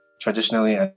traditionally